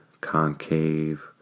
concave